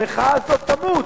המחאה הזאת תמות.